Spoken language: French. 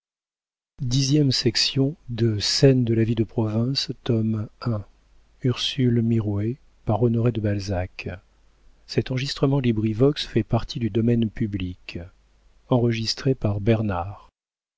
de scène de la vie de province tome i author honoré de balzac